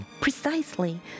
Precisely